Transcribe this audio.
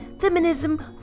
feminism